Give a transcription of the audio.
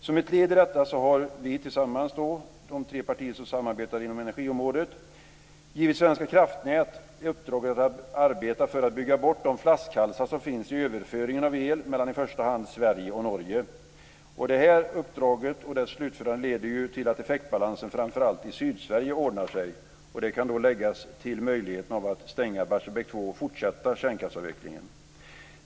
Som ett led i detta har vi tillsammans - de tre partier som samarbetar inom energiområdet - givit Svenska kraftnät uppdraget att arbeta för att bygga bort de flaskhalsar som finns i överföringen av el mellan i första hand Sverige och Norge. Det här uppdraget och dess slutförande leder ju till att effektbalansen framför allt i Sydsverige ordnar sig. Det kan då läggas till möjligheterna att stänga Barsebäck 2 och fortsätta kärnkraftsavvecklingen.